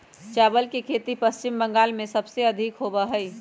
चावल के खेती पश्चिम बंगाल में सबसे अधिक होबा हई